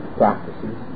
practices